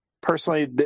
personally